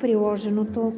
таблицата.